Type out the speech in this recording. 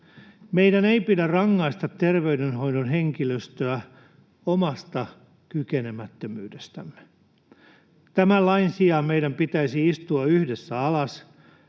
Meidän ei pidä rangaista terveydenhoidon henkilöstöä omasta kykenemättömyydestämme. Tämän lain sijaan meidän pitäisi istua yhdessä alas